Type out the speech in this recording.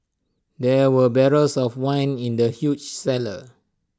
there were barrels of wine in the huge cellar